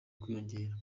kwiyongera